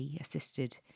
assisted